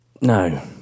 No